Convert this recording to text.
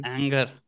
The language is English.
Anger